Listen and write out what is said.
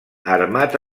armat